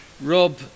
Rob